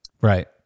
Right